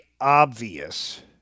obvious